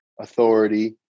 Authority